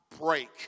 break